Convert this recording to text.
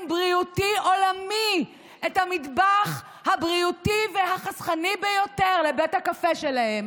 בריאותי עולמי את המטבח הבריאותי והחסכני ביותר לבית הקפה שלהם